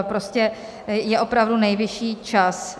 Prostě je opravdu nejvyšší čas.